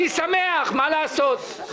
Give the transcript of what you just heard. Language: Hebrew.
אני שמח, מה לעשות.